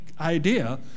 idea